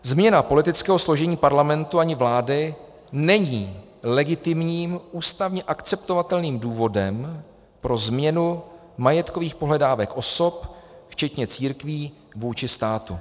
Změna politického složení Parlamentu ani vlády není legitimním ústavně akceptovatelným důvodem pro změnu majetkových pohledávek osob včetně církví vůči státu.